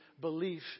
belief